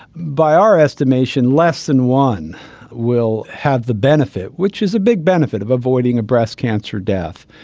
by our estimation less than one will have the benefit, which is a big benefit, of avoiding a breast cancer death.